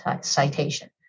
citation